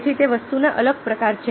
તેથી તે વસ્તુનો અલગ પ્રકાર છે